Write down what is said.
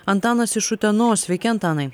antanas iš utenos sveiki antanai